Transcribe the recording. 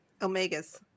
Omegas